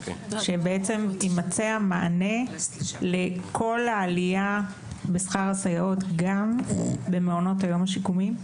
שבעצם יימצא המענה לכל העלייה בשכר הסייעות גם במעונות היום השיקומיים?